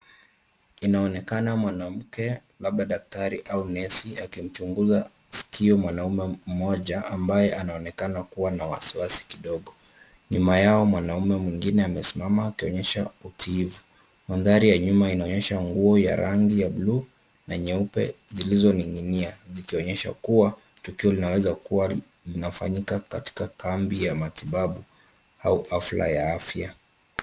Inaonekana mwanamke labda daktari au nesi akimchunguza skio mwanamume mmoja ambaye anaonekana kuwa na wasiwasi kidogo. Nyuma yao mwanamume mwingine amesimama akionyesha utiivu. Maandhari ya nyuma inaonyesha nguo ya rangi ya buluu na nyeupe zilizoninginia zikionyesha kuwa tukio linaweza kuwa linafanyika katika kambi ya matibabu au hafla ya afya.